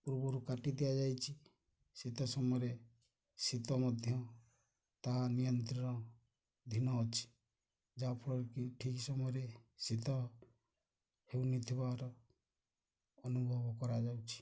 ପୂର୍ବରୁ କାଟି ଦିଆଯାଇଛି ଶୀତ ସମୟରେ ଶୀତ ମଧ୍ୟ ତା ନିୟନ୍ତ୍ରଣଧୀନ ଅଛି ଯାହାଫଳରେ କି ଠିକ୍ ସମୟରେ ଶୀତ ହେଉନଥିବାର ଅନୁଭବ କରାଯାଉଛି